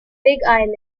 island